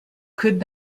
could